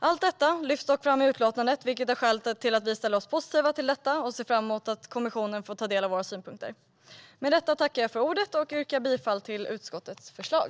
Allt detta lyfts dock fram i utlåtandet, vilket är skälet till att vi ställer oss positiva till detta och ser fram emot att kommissionen får ta del av våra synpunkter. Med detta tackar jag för ordet och yrkar bifall till utskottets förslag.